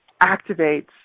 activates